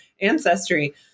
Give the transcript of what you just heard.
ancestry